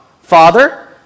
Father